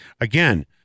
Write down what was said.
again